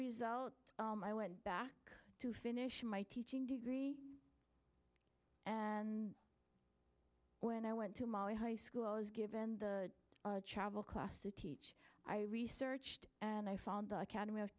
result i went back to finish my teaching degree and when i went to my high school i was given the chapel class to teach i researched and i found academy of